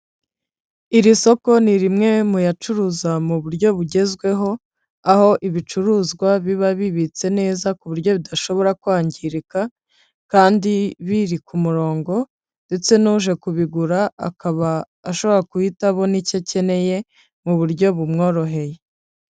Iri soko ni rimwe muyacuruza mu buryo bugezweho, aho ibicuruzwa biba bibitse neza ku buryo bidashobora kwangirika, kandi biri ku murongo; ndetse n'uje kubigura akaba ashobora guhita abona icyo akeneye mu buryo bumworoheye.